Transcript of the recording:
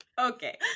Okay